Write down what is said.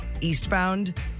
eastbound